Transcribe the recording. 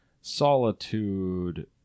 Solitude